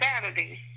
Saturday